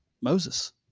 moses